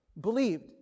believed